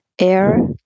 air